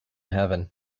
heaven